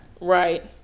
Right